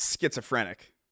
schizophrenic